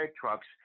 trucks